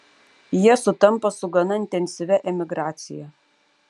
jie sutampa su gana intensyvia emigracija